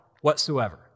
whatsoever